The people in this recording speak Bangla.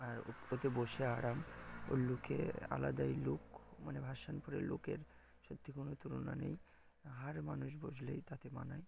আর ওতে বসে আরাম ওর লুকে আলাদাই লুক মানে ভার্সন ফোরের লুকের সত্যি কোনো তুলনা নেই হার মানুষ বসলেই তাতে মানায়